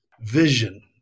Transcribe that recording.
vision